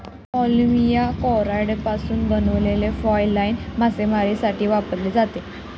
polyvinyl क्लोराईडपासून बनवलेली fly line मासेमारीसाठी वापरली जाते